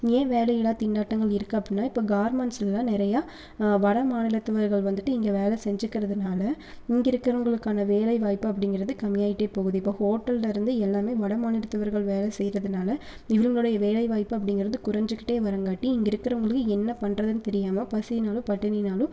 ஏன் வேலையில்லா திண்டாட்டங்கள் இருக்குது அப்படினா இப்போ கவர்மெண்ட்ஸ்லலாம் நிறையா வடமாநிலத்தவர்கள் வந்துட்டு இங்கே வேலை செஞ்சிக்கறதனால இங்கே இருக்குறவங்களுக்கான வேலை வாய்ப்பு அப்படிங்கிறது கம்மியாகிட்டே போகுது இப்போது ஹோட்டல்ல இருந்து எல்லாமே வடமாநிலத்தவர்கள் வேலை செய்கிறதுனால இவர்களோடய வேலை வாய்ப்பு அப்படிங்கறது குறைஞ்சிக்கிட்டே வரங்காட்டி இங்கே இருக்குறவங்களும் என்ன பண்ணுறதுனு தெரியாமல் பசியினாலும் பட்டினியினாலும்